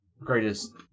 greatest